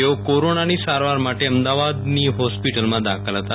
તેઓ કોરાનાની સારવાર માટે અમદાવાદની હોસ્પિટલમાં દાખલ હતા